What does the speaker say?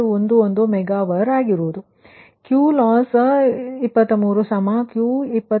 11 mega Var ಸಿಗುತ್ತದೆ ಮತ್ತು QLOSS 23 Q23 Q32 ಅದು 1